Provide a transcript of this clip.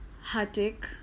heartache